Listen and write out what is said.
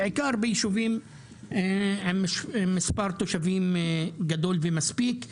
בעיקר בישובים עם מספר תושבים גדול ומספיק.